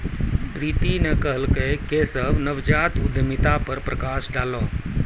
प्रीति न कहलकै केशव नवजात उद्यमिता पर प्रकाश डालौ